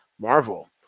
Marvel